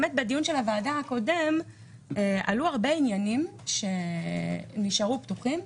בדיון הקודם של הוועדה עלו הרבה עניינים שנשארו פתוחים.